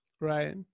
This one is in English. right